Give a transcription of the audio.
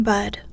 Bud